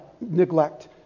neglect